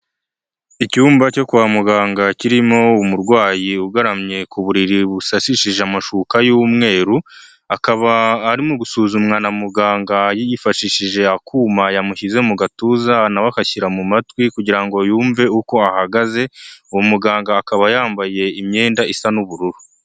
Icyumba cyo kwa muganga kirimo umurwayi ugaramye ku buriri busashishije amashuka y'umweru, akaba arimo gusuzumwa na muganga yifashishije akuma yamushyize mu gatuza nawe agashyira mu matwi kugira ngo yumve uko ahagaze, uwo muganga akaba yambaye imyenda isa n'ubururu.